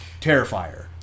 Terrifier